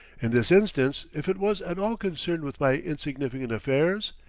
in this instance, if it was at all concerned with my insignificant affairs,